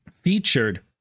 featured